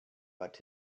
but